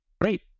great